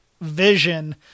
vision